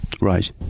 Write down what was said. Right